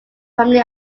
family